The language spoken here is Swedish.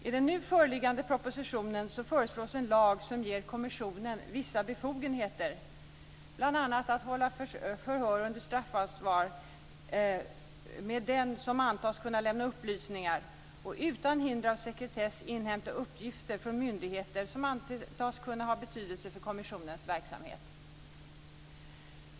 I den nu föreliggande propositionen föreslås en lag som ger kommissionen vissa befogenheter, bl.a. att hålla förhör under straffansvar med den som antas kunna lämna upplysningar och utan hinder av sekretess inhämta uppgifter från myndigheter som kan antas ha betydelse för kommissionens verksamhet.